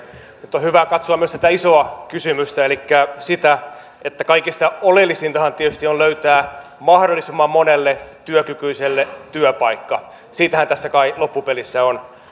nyt on hyvä katsoa myös tätä isoa kysymystä elikkä sitä että kaikista oleellisintahan tietysti on löytää mahdollisimman monelle työkykyiselle työpaikka siitähän tässä kai loppupelissä on